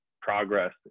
progress